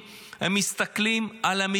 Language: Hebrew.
הם מסתכלים על כל הספינים התקשורתיים,